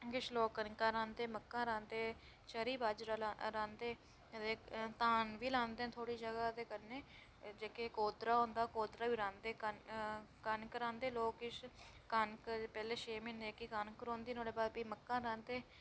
किश लोक कनकां रांह्दे मक्कां रांह्दे चरी बाजरा लांदे रांह्दे अदे धान बी लांदे न थोह्ड़ी जगह् ऐ ओह्दे कन्नै जेह्के गोदरा होंदा गोदरा बी रांह्दे कनक रांह्दे लोक भी पैह्ले छे म्हीनें जेह्की कनक रौंह्दी फ्ही नोआड़े बाद भी मक्का रांह्दे